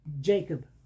Jacob